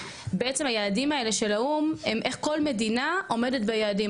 היעדים האלה של האו"ם הם איך כל מדינה עומדת ביעדים.